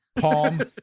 Palm